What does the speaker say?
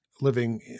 living